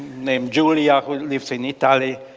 named giulia who lives in italy,